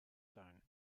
tuin